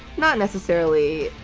not necessarily,